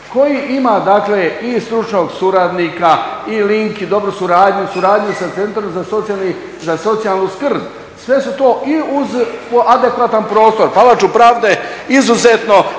koji ima i stručnog suradnika i link i dobru suradnju, suradnju sa Centrom za socijalnu skrb, sve su to i uz adekvatan prostor Palaču pravde izuzetno